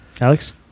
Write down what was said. Alex